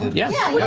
yeah.